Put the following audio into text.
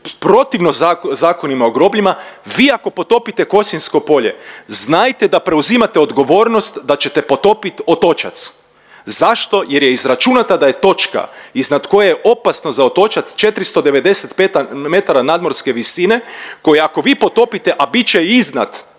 protivno Zakonima o grobljima, vi ako potopite Kosinjsko polje znajte da preuzimate odgovornost da ćete potopit Otočac. Zašto? Jer je izračunata da je točka iznad koje je opasno za Otočac 495 metara nadmorske visine koji ako vi potopite, a bit će iznad